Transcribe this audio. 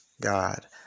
God